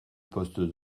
poste